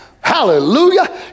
hallelujah